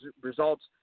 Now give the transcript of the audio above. results